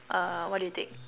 uh what do you think